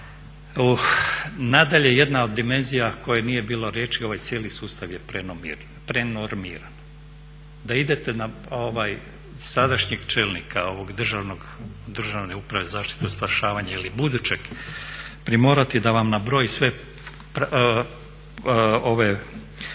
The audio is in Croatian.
Nadalje, jedna od dimenzija o kojoj nije bilo riječi ovaj cijeli sustav je prenormiran. Da idete na sadašnjeg čelnika ove Državne uprave za zaštitu i spašavanje ili budućeg primorati da vam nabroji sve